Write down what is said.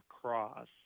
cross